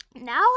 Now